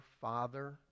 Father